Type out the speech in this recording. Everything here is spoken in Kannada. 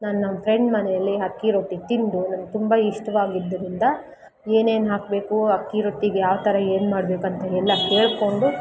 ನಾನು ನಮ್ಮ ಫ್ರೆಂಡ್ ಮನೆಯಲ್ಲಿ ಅಕ್ಕಿ ರೊಟ್ಟಿ ತಿಂದು ನನ್ಗೆ ತುಂಬ ಇಷ್ಟವಾಗಿದ್ರಿಂದ ಏನೇನು ಹಾಕಬೇಕು ಅಕ್ಕಿ ರೊಟ್ಟಿಗೆ ಯಾವ್ತರ ಏನ್ಮಾಡ್ಬೇಕು ಅಂತ ಎಲ್ಲಾ ಕೇಳಿಕೊಂಡು